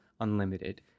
Unlimited